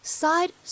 ，side